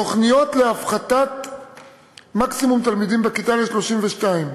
תוכניות להפחתת מקסימום תלמידים בכיתה ל-32,